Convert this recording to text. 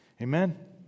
Amen